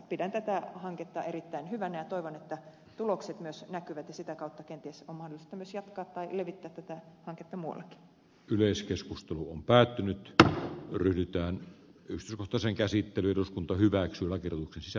pidän tätä hanketta erittäin hyvänä ja toivon että tulokset myös näkyvät ja sitä kautta kenties on mahdollista myös jatkaa tai levittää tätä hanketta muun yleiskeskustelu on päätynyt tähän pyritään ylsi valtosen käsittely eduskunta hyväksyi lakiruuhkassa